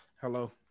Hello